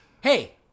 Hey